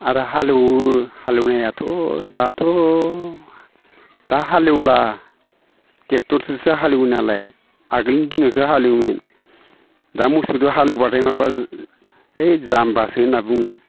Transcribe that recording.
आरो हालएवो हालएवनायाथ' दाथ' दा हालएवला ट्रेक्टरजोसो हालएवो नालाय आगोलनि दिनावसो हालएवोमोन दा मोसौदो हालएवब्लाथाय माबा ओइ जाम्बासो होनना बुङो